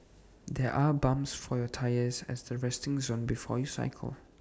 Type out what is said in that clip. there are pumps for your tyres at the resting zone before you cycle